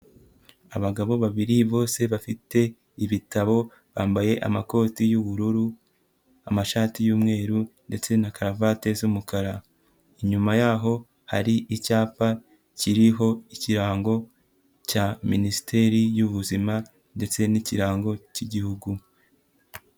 Abagabo babiri, bose bafite ibitabo, bambaye amakoti y'ubururu, amashati y'umweru ndetse na karavati z'umukara. Inyuma yaho hari icyapa kiriho ikirango cya Minisiteri y'Ubuzima ndetse n'ikirango cy'igihugu.